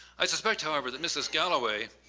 i suspect however that mrs. galloway,